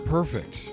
Perfect